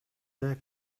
эле